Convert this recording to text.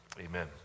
amen